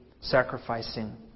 sacrificing